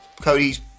Cody's